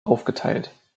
aufgeteilt